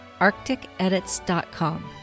arcticedits.com